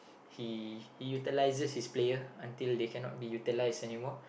he he utilises his player until they cannot be utilised anymore